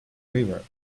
river